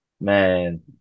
man